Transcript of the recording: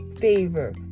favor